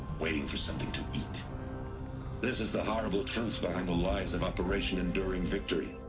waiting for something to eat this is the horrible truth behind the lies of operation enduring victory